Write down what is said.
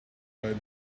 but